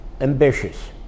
Ambitious